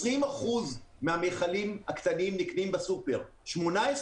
20% מהמכלים הקטנים נקנים בסופרמרקט,